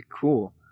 cool